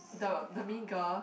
the the mean girl